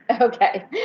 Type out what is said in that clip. Okay